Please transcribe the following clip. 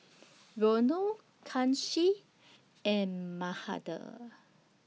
Renu Kanshi and Mahade